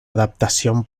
adaptación